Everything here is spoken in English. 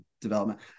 development